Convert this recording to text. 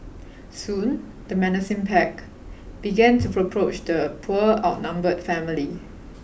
soon the menacing pack began to the poor outnumbered family